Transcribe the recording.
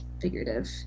figurative